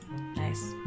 Nice